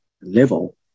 level